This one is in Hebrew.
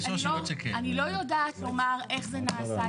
אני לא יודעת לומר איך זה נעשה,